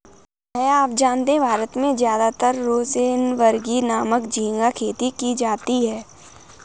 भैया आप जानते हैं भारत में ज्यादातर रोसेनबर्गी नामक झिंगा खेती की जाती है